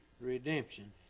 redemption